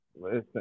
listen